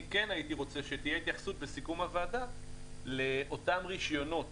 אני כן הייתי רוצה שבסיכום הוועדה תהיה התייחסות לאותם רישיונות